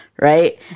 right